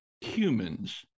humans